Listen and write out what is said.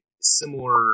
similar